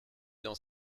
dans